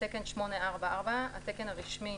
"תקן 844" - התקן הרשמי